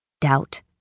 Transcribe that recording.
Doubt